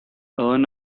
earn